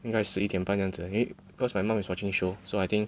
应该十一点半这样子因为 cause my mom is watching show so I think